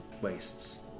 wastes